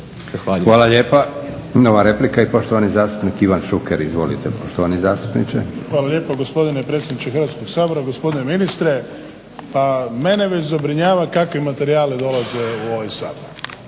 Ivan Šuker. Izvolite poštovani zastupniče. **Šuker, Ivan (HDZ)** Hvala lijepa gospodine predsjedniče Hrvatskog sabora. Gospodine ministre mene već zabrinjava kakvi materijali dolaze u ovaj Sabor.